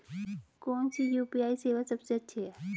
कौन सी यू.पी.आई सेवा सबसे अच्छी है?